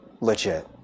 legit